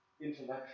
intellectual